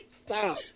Stop